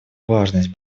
важность